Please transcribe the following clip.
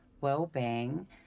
well-being